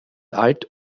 alt